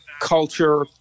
culture